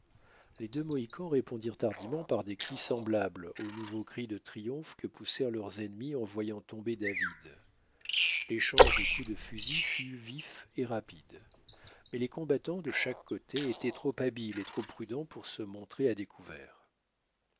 les deux mohicans répondirent hardiment par des cris semblables aux nouveaux cris de triomphe que poussèrent leurs ennemis en voyant tomber david l'échange de coups de fusil fut vif et rapide mais les combattants de chaque côté étaient trop habiles et trop prudents pour se montrer à découvert